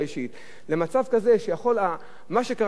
מה שקרה לעם ישראל,